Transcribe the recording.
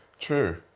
True